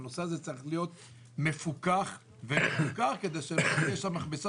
הנושא הזה צריך להיות מפוקח כי יש שם מכבסה